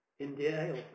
India